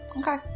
Okay